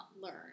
learn